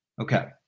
Okay